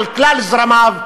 על כלל זרמיו,